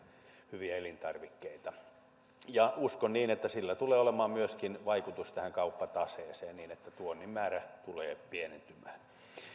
hyviä elintarvikkeita ja uskon niin että sillä tulee olemaan myöskin vaikutus tähän kauppataseeseen niin että tuonnin määrä tulee pienentymään